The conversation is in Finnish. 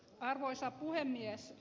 arvoisa puhemies